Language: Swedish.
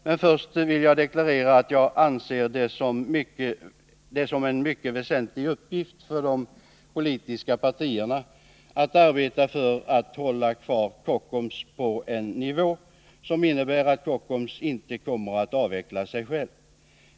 Men först vill jag deklarera att jag anser det som en mycket väsentlig uppgift för de politiska partierna att arbeta för att hålla kvar Kockums på en nivå som innebär att Kockums inte kommer att avveckla sig själv.